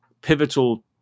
pivotal